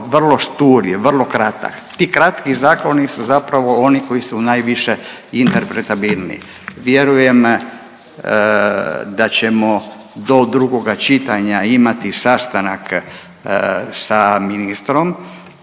vrlo šturi i vrlo kratak. Ti kratki zakoni su zapravo oni koji su najviše interpretabilni, vjerujem da ćemo do drugoga čitanja imati sastanak sa ministrom